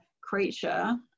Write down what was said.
creature